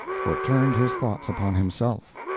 for it turned his thoughts upon himself,